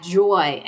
joy